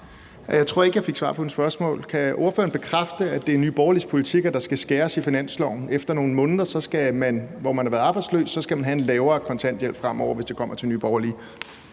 Jeg tror ikke, at jeg fik svar på mit spørgsmål. Kan ordføreren bekræfte, at det er Nye Borgerliges politik, at der skal skæres ned på det i finansloven, altså at man efter nogle måneder, hvor man har været arbejdsløs, skal have en lavere kontanthjælp fremover, hvis det står til Nye Borgerlige?